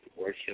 Worship